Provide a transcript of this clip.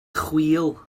chwil